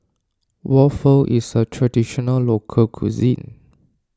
Waffle is a Traditional Local Cuisine